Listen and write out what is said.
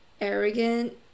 arrogant